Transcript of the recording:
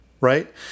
right